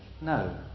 no